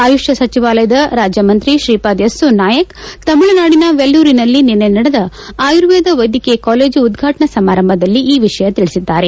ಆಯುಷ್ ಸಚಿವಾಲಯದ ರಾಜ್ಯ ಮಂತ್ರಿ ಶ್ರೀಪಾದ್ ಯಸ್ಲೋ ನಾಯಕ್ ತಮಿಳುನಾಡಿನ ವೆಲ್ಲೂರಿನಲ್ಲಿ ನಿನ್ನೆ ನಡೆದ ಆಯುರ್ವೇದ ವೈದ್ಯಕೀಯ ಕಾಲೇಜು ಉದ್ಘಾಟನಾ ಸಮಾರಂಭದಲ್ಲಿ ಈ ವಿಷಯ ತಿಳಿಸಿದ್ದಾರೆ